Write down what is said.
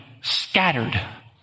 scattered